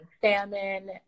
salmon